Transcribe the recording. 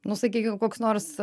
nu sakykim koks nors